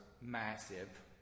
massive